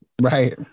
right